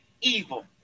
evil